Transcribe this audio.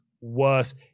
worse